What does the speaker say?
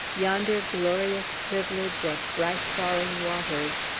yonder glorious privilege of bright falling waters,